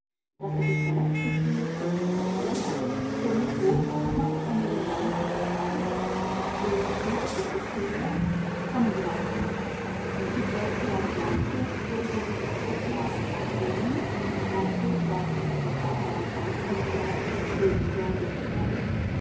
daß er sich verletzt gefühlt verschwieg er zum vorwurf machte er mir den mangel an vertrauen er schrieb ungefähr kommen sie nach paris es gibt dort vielleicht manches worüber sie sich zu beklagen haben werden manches was in ihrem vaterland anziehender solider gesünder ist